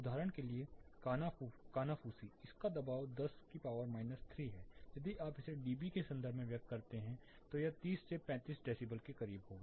उदाहरण के लिए कानाफूसी इसका दबाव 10 पावर माइनस 3 है यदि आप इसे डीबी के संदर्भ में व्यक्त करते हैं तो यह 30 से 35 डेसिबल के करीब होगा